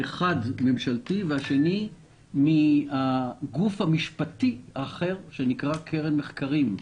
האחד ממשלתי והשני מן הגוף המשפטי האחר שנקרא קרן מחקרים.